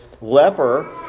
leper